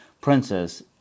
Princess